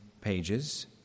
pages